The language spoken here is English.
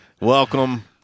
welcome